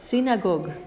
Synagogue